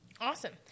Awesome